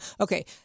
Okay